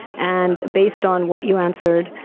and, based on what you answered,